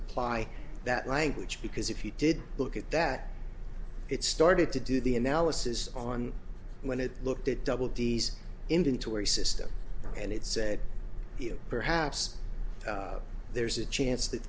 apply that language because if you did look at that it started to do the analysis on when it looked at double d's inventory system and it said you know perhaps there's a chance that